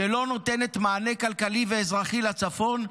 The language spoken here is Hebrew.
שלא נותנת מענה כלכלי ואזרחי לצפון.